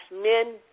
men